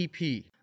EP